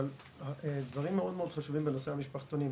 אבל דברים מאוד חשובים בנושא המשפחתונים,